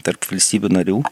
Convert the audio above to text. tarp valstybių narių